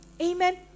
Amen